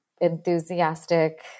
enthusiastic